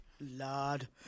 Lord